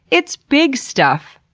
it's big stuff.